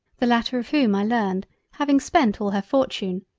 the latter of whom i learned having spent all her fortune,